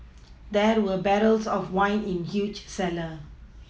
there were barrels of wine in the huge cellar